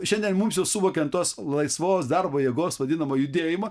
šiandien mums jau suvokiant tos laisvos darbo jėgos vadinamo judėjimo